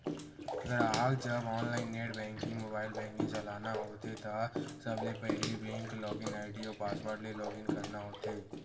गराहक जब online net banking, mobile banking चलाना होथे त सबले पहिली बेंक लॉगिन आईडी अउ पासवर्ड ले लॉगिन करना होथे